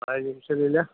ആ ജംഗ്ഷനിലെ